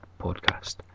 podcast